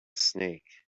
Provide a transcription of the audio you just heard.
snake